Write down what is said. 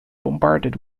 bombarded